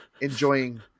enjoying